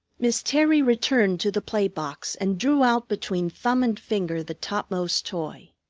miss terry returned to the play box and drew out between thumb and finger the topmost toy.